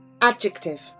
Adjective